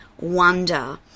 wonder